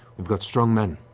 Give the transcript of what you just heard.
we've got strong men.